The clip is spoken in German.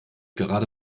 gerade